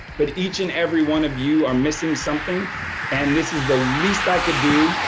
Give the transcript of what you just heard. but each and every one of you are missing something and this is the least i could do.